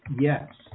yes